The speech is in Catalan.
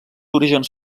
orígens